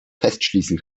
festschließen